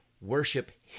Worship